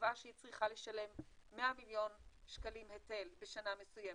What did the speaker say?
קבעה שהיא צריכה לשלם 100 מיליון שקלים היטל בשנה מסוימת